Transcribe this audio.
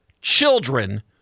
children